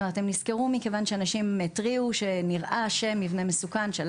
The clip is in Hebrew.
הם נסקרו מכיוון שאנשים התריעו שנראה שהמבנה מסוכן.